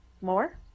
more